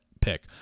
pick